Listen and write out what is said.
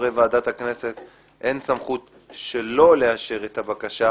חברי ועדת הכנסת אין סמכות שלא לאשר את הבקשה,